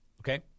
Okay